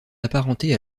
apparentée